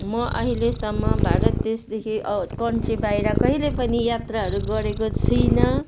म अहिलेसम्म भारत देशदेखि कन्ट्री बाहिर कहिले पनि यात्राहरू गरेको छुइनँ